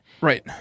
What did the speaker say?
Right